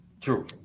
True